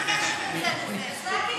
מה הקשר בין זה לזה?